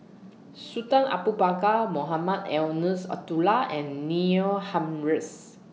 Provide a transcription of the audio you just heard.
Sultan Abu Bakar Mohamed Eunos Abdullah and Neil Humphreys